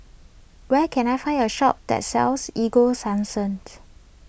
where can I find a shop that sells Ego Sunsense